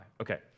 Okay